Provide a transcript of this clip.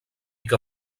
que